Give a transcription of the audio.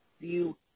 view